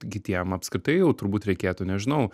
kitiem apskritai jau turbūt reikėtų nežinau